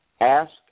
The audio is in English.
ask